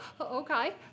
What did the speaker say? okay